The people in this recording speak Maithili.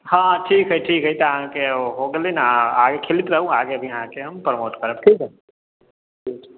हँ ठीक हय ठीक हय तऽ अहाँके हो गेलै न आगे खेलैत रहू आगे भी अहाँके हम प्रोमोट करब ठीक हय